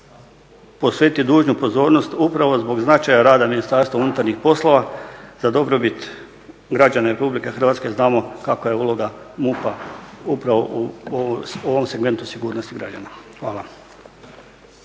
posvetiti dužnu pozornost upravo zbog značaja rada Ministarstva unutarnjih poslova za dobrobit građana Republike Hrvatske, znamo kakva je uloga MUP-a upravo u ovom segmentu sigurnosti građana. Hvala.